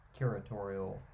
curatorial